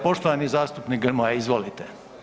Poštovani zastupnik Grmoja, izvolite.